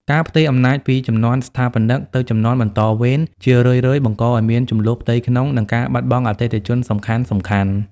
ការផ្ទេរអំណាចពីជំនាន់ស្ថាបនិក ទៅជំនាន់បន្តវេន ជារឿយៗបង្កឱ្យមានជម្លោះផ្ទៃក្នុង និងការបាត់បង់អតិថិជនសំខាន់ៗ។